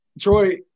Troy